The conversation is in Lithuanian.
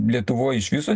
lietuvoj iš viso